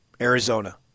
Arizona